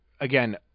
again